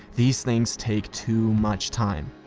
these things take too much time!